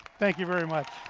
thank you very much.